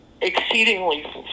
exceedingly